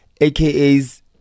AKA's